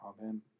Amen